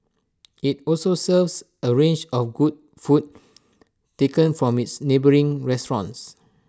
IT also serves A range of good food taken from its neighbouring restaurants